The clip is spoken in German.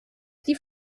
die